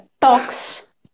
talks